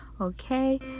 okay